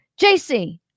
JC